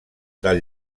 del